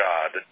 God